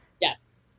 Yes